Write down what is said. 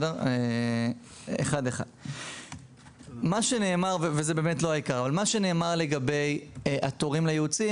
מה שנאמר לגבי התורים לייעוץ,